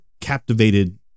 captivated